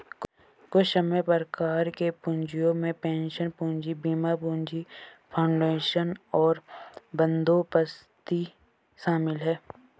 कुछ सामान्य प्रकार के पूँजियो में पेंशन पूंजी, बीमा पूंजी, फाउंडेशन और बंदोबस्ती शामिल हैं